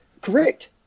correct